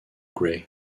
grey